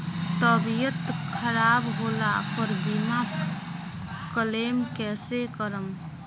तबियत खराब होला पर बीमा क्लेम कैसे करम?